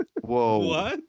Whoa